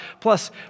plus